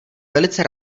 velice